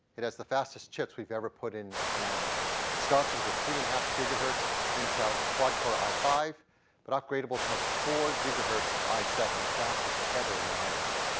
it has the fastest chip we've ever put in an imac. it starts with a three and a half gigahertz intel quad-core i five but upgradable to four gigahertz i seven, the fastest ever in an imac.